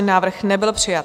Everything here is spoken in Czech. Návrh nebyl přijat.